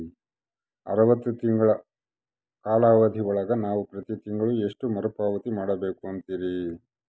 ಅರವತ್ತು ತಿಂಗಳ ಕಾಲಾವಧಿ ಒಳಗ ನಾವು ಪ್ರತಿ ತಿಂಗಳು ಎಷ್ಟು ಮರುಪಾವತಿ ಮಾಡಬೇಕು ಅಂತೇರಿ?